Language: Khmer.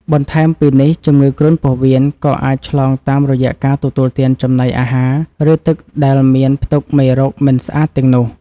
បន្ថែមពីនេះជំងឺគ្រុនពោះវៀនក៏អាចឆ្លងតាមរយៈការទទួលទានចំណីអាហារ ឬទឹកដែលមានផ្ទុកមេរោគមិនស្អាតទាំងនោះ។